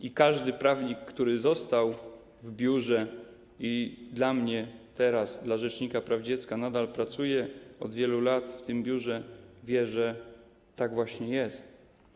I każdy prawnik, który został w biurze, i dla mnie, dla rzecznika praw dziecka nadal pracuje, od wielu lat w tym biurze, wie, że tak właśnie jest.